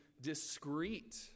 discreet